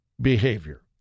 behavior